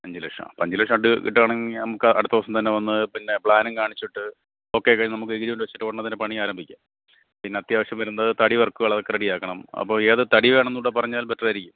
അഞ്ചു ലക്ഷം അപ്പോള് അഞ്ചു ലക്ഷം കിട്ടുകയാണെങ്കില് നമുക്കടുത്ത ദിവസം തന്നെ വന്ന് പിന്നെ പ്ലാനും കാണിച്ചിട്ട് ഓക്കെയാക്കി നമുക്കെഗ്രിമെന്റ് വച്ചിട്ടുടനെത്തന്നെ പണി ആരംഭിക്കാം പിന്നെ അത്യാവശ്യം വരുന്നത് തടി വര്ക്കുകളതൊക്കെ റെഡിയാക്കണം അപ്പോള് ഏതു തടി വേണമെന്നുകൂടെ പറഞ്ഞാൽ ബെറ്ററായിരിക്കും